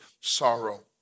sorrow